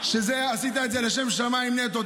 עשית את זה לשם שמיים, נטו.